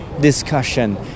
discussion